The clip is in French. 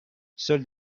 seuls